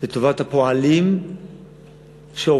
לטובת הפועלים שעובדים.